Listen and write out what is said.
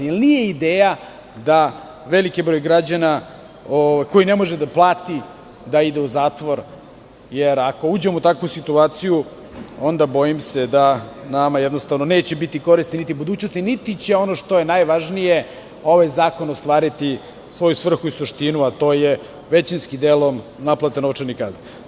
Nije ideja da veliki broj građana koji ne može da plati ide u zatvor, jer ako uđemo u takvu situaciju onda, bojim se, nama jednostavno neće biti koristi, niti budućnosti, niti će, ono što je najvažnije, ovaj zakon ostvariti svoju svrhu i suštinu, a to je većinskim delom naplata novčanih kazni.